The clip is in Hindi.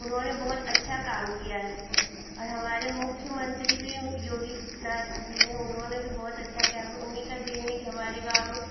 उन्होंने बहुत अच्छा काम किया है और हमारे मुख्यमन्त्री भी योगीनाथ जी ने उन्होंने भी बहुत अच्छा काम उन्हीं की देन है कि हमारे गाँव में